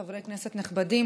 חברי כנסת נכבדים,